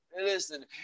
Listen